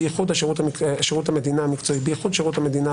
בייחוד שירות המדינה המקצועי המשפטי,